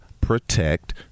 protect